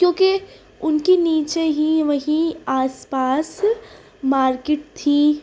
کیونکہ ان کی نیچے ہی وہیں آس پاس مارکیٹ تھی